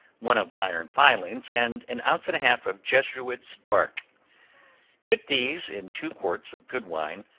one of iron filings, and an ounce and a half of jesuit's bark put these in two quarts of good wine,